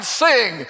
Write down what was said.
sing